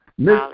Miss